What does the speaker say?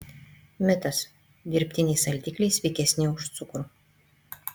mitas dirbtiniai saldikliai sveikesni už cukrų